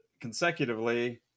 consecutively